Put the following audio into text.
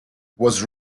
was